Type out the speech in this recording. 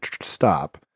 stop